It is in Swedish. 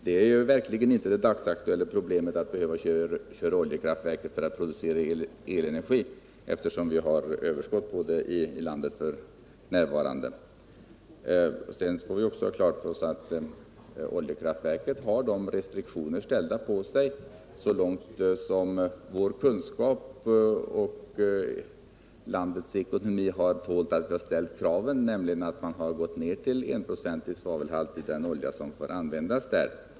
Det är verkligen inte ett dagsaktuellt problem, att behöva köra oljekraftverket för att producera elenergi, eftersom vi f. n. har överskott på det i landet. Vi skall också ha klart för oss att oljekraftverket har restriktioner ställda på sig — så långt vår kunskap och landets ekonomi har tålt att vi har ställt kraven — nämligen att man har gått ner till 1-procentig svavelhalt i den olja som får användas.